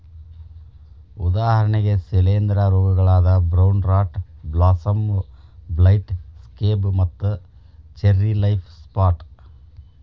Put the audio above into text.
ಉದಾಹರಣೆಗೆ ಶಿಲೇಂಧ್ರ ರೋಗಗಳಾದ brown rot blossom blight, scab ಮತ್ತು ಚೆರ್ರಿ ಲೇಫ್ ಸ್ಪಾಟ್